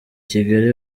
kigali